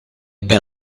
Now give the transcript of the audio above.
ben